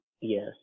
Yes